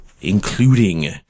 including